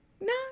No